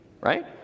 right